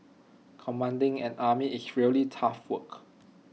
commanding an army is really tough work